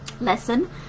lesson